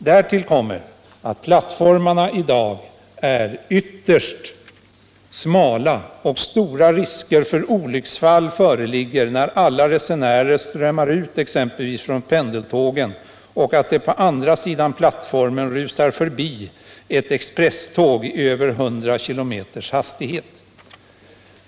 Därtill kommer att plattformarna f. n. är ytterst smala. Stora risker för olycksfall föreligger när resenärerna strömmar ut exempelvis från pendeltågen och det på andra sidan plattformen rusar förbi ett expresståg med en hastighet på över 100 km/ tim.